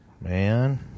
Man